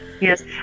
yes